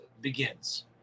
Begins